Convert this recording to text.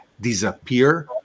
disappear